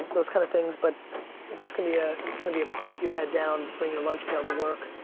those kind of things but it's just gonna be a, it's gonna be a putting your head down, bring your lunch pale to work,